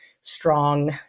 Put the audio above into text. strong